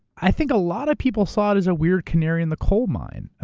i think a lot of people saw it as a weird canary in the coal mine.